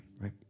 right